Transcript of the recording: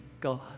God